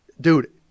Dude